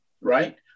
right